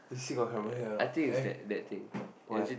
eh see got camera here or not eh where